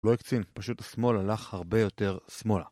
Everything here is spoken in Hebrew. לא הקצין, פשוט השמאל הלך הרבה יותר שמאלה